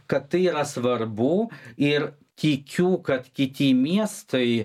kad tai yra svarbu ir tikiu kad kiti miestai